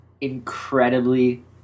incredibly